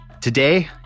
Today